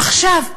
עכשיו,